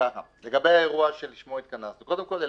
לגבי האירוע שלשמו התכנסנו קודם כל,